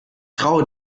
traue